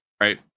Right